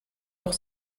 doch